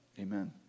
Amen